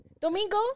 Domingo